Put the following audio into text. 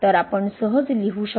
तर आपण सहज लिहू शकतो